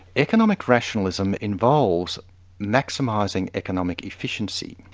economic rationalism involves maximising economic efficiency.